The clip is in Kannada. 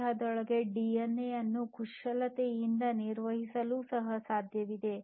ದೇಹದೊಳಗಿನ ಡಿಎನ್ಎ ಅನ್ನು ಕುಶಲತೆಯಿಂದ ನಿರ್ವಹಿಸಲು ಸಹ ಸಾಧ್ಯವಿದೆ